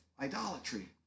idolatry